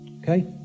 Okay